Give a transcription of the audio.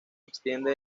extiende